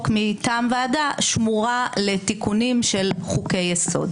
מטעם ועדה שמורה לתיקונים של חוקי-יסוד.